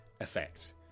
effect